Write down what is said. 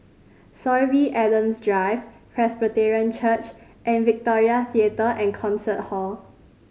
Sorby Adams Drive Presbyterian Church and Victoria Theatre and Concert Hall